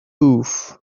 booth